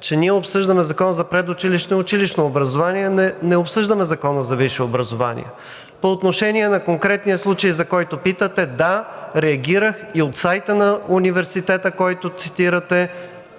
че ние обсъждаме Закон за предучилищното и училищното образование, а не обсъждаме Закона за висшето образование. По отношение на конкретния случай, за който питате – да, реагирах и от сайта на университета, който цитирате,